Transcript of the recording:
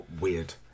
weird